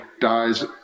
dies